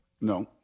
No